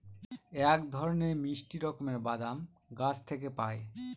এক ধরনের মিষ্টি রকমের বাদাম গাছ থেকে পায়